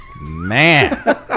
man